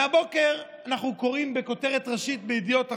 והבוקר אנחנו קוראים בכותרת ראשית בידיעות אחרונות: